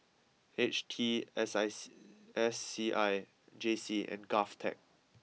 H T S S S C I J C and Govtech